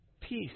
peace